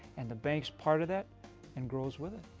and the bank's part of that and grows with it.